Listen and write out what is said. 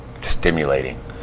stimulating